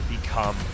become